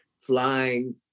flying